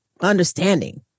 understanding